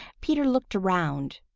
peter looked around.